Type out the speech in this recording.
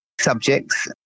subjects